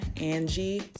Angie